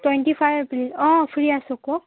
twenty five April অঁ free আছো কওক